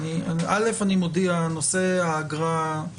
אני מודיע, נושא האגרה הוא